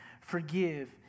forgive